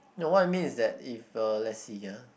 no what I mean is that if uh let's see ah